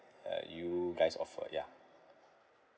uh you guys offer ya